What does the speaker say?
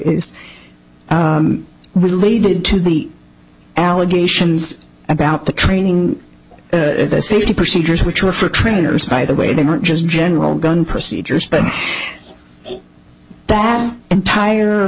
related to the allegations about the training the safety procedures which were for trainers by the way they weren't just general gun procedures that entire